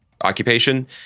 occupation